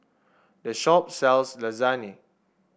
this shop sells Lasagne